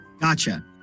gotcha